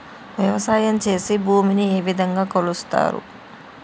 వ్యవసాయం చేసి భూమిని ఏ విధంగా కొలుస్తారు?